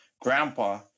grandpa